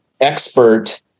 expert